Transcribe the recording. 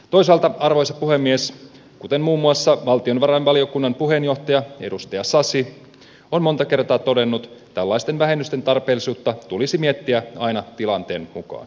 toisaalta arvoisa puhemies kuten muun muassa valtiovarainvaliokunnan puheenjohtaja edustaja sasi on monta kertaa todennut tällaisten vähennysten tarpeellisuutta tulisi miettiä aina tilanteen mukaan